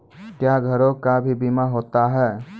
क्या घरों का भी बीमा होता हैं?